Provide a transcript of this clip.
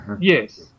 yes